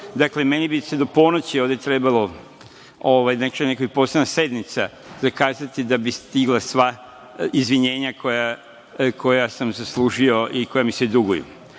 meni bi se do ponoći ovde trebalo… neka posebna sednica zakazati da bi stigla sva izvinjenja koja sam zaslužio i koje mi se duguju. Ali,